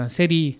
Seri